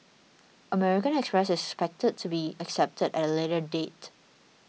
American Express is expected to be accepted at a later date